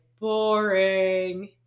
boring